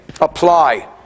apply